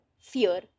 fear